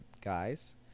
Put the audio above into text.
guys